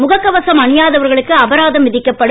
முகக்கவசம்அணியாதவர்களுக்குஅபராதம்விதிக்கப்படும்